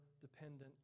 dependent